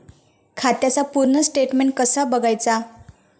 खात्याचा पूर्ण स्टेटमेट कसा बगायचा?